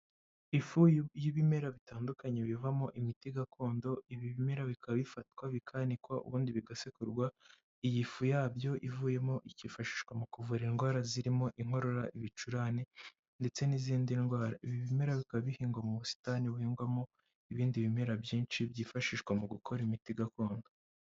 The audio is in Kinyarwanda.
Ifu y’ibimera bitandukanye bivamo imiti gakondo, ibi bimera bikaba bifatwa bikanikwa, ubundi bigasekurwa iyi fu yabyo ivuyemo ikifashishwa mu kuvura indwara zirimo inkorora, ibicurane ndetse n’izindi ndwara. Ibi bimera bikaba bihingwa mu busitani buhingwamo ibindi bimera byinshi byifashishwa mu gukora imiti gakondo.